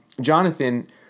Jonathan